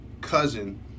cousin